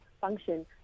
function